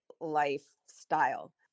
lifestyle